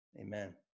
Amen